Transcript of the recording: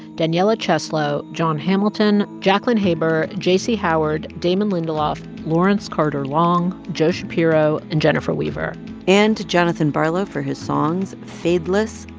daniella cheslow, jon hamilton, jacqueline haber, j c. howard, damon lindelof, lawrence carter-long, joe shapiro, and jennifer weaver and to jonathan barlow for his songs fadeless,